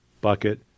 bucket